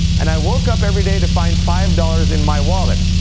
and i woke up every day to find five dollars in my wallet.